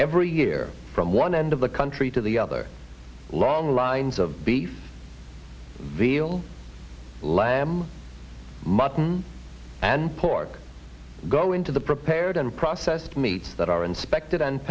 every year from one end of the country to the other long lines of beef veal lamb mutton and pork go into the prepared and processed meats that are inspected and